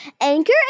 Anchor